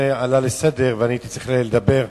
עלה לסדר-היום ואני הייתי צריך לדבר.